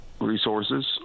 resources